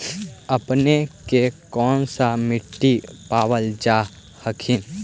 अपने के कौन सा मिट्टीया पाबल जा हखिन?